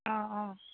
অঁ অঁ